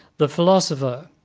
the philosopher,